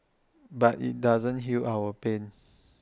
but IT doesn't heal our pain